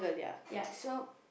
ya so